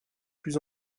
plus